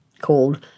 called